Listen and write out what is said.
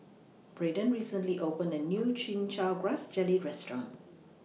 Braden recently opened A New Chin Chow Grass Jelly Restaurant